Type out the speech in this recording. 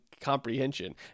comprehension